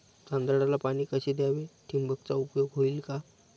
तांदळाला पाणी कसे द्यावे? ठिबकचा उपयोग होईल का?